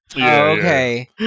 okay